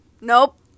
Nope